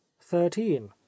thirteen